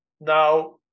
Now